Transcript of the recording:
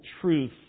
truth